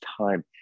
time